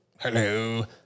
Hello